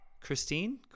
Christine